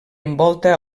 envolta